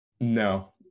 No